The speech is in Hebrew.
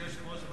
אדוני היושב-ראש,